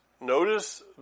notice